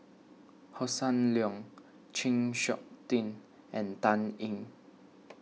Hossan Leong Chng Seok Tin and Dan Ying